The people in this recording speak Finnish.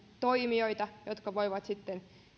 toimijoita jotka voivat sitten